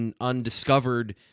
undiscovered